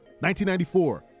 1994